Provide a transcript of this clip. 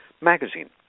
Magazine